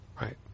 Right